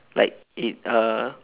like it uh